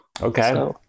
okay